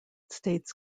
states